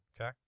Okay